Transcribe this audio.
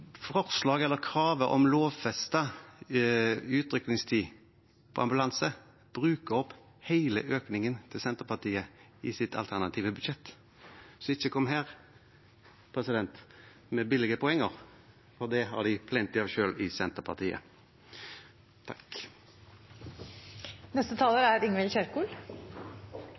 eller kravet om lovfestet utrykningstid for ambulanse bruker opp hele økningen til Senterpartiet i deres alternative budsjett. Så ikke kom her med billige poenger – det har de plenty av selv i Senterpartiet. Det er